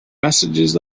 messages